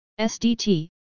SDT